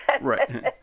Right